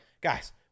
guys